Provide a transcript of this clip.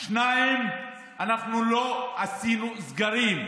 2. אנחנו לא עשינו סגרים.